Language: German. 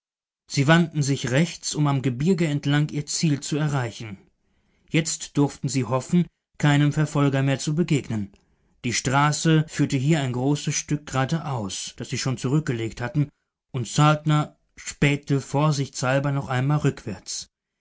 sie wandten sich rechts um am gebirge entlang ihr ziel zu erreichen jetzt durften sie hoffen keinem verfolger mehr zu begegnen die straße führte hier ein großes stück geradeaus das sie schon zurückgelegt hatten und saltner spähte vorsichtshalber noch einmal rückwärts